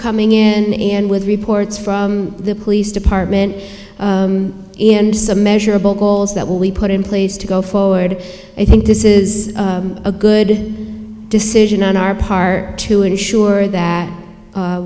coming in and with reports from the police department and some measurable goals that we put in place to go forward i think this is a good decision on our part to ensure that